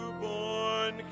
newborn